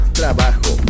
trabajo